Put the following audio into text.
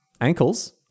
Ankles